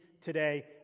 today